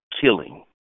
killing